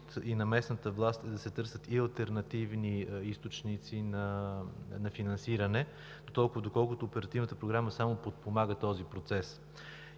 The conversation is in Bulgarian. и на местната власт е да се търсят алтернативни източници на финансиране, доколкото Оперативната програма само подпомага този процес.